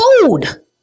food